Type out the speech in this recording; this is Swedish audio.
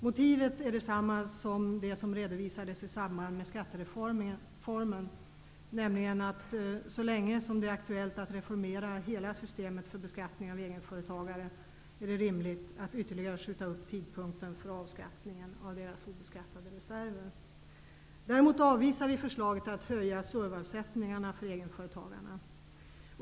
Motivet är detsamma som det som redovisades i samband med skattereformen, nämligen att så länge det är aktuellt att reformera hela systemet för beskattning av egenföretagare är det rimligt att ytterligare skjuta upp tidpunkten för avskattningen av deras obeskattade reserver. Däremot avvisar vi förslaget att höja SURV avsättningarna för egenföretagarna.